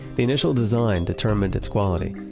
the initial design determined its quality.